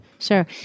Sure